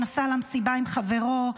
נסע למסיבה עם חברו,